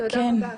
תודה רבה.